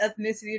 ethnicity